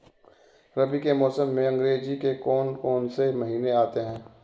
रबी के मौसम में अंग्रेज़ी के कौन कौनसे महीने आते हैं?